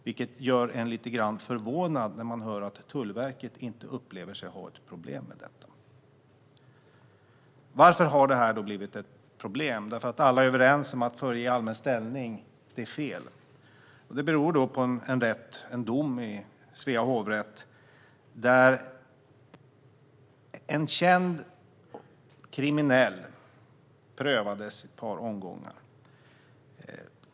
Det gör att man blir lite förvånad när man hör att Tullverket inte upplever sig ha något problem med detta. Varför har då det här blivit ett problem? Alla är ju överens om att föregivande av allmän ställning är fel. Det beror på en dom i Svea hovrätt där en känd kriminell prövades i ett par omgångar.